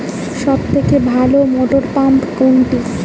সবথেকে ভালো মটরপাম্প কোনটি?